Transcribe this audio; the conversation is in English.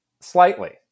slightly